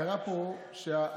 קרה פה שהגענו